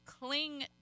cling